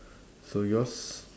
so yours